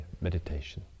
meditation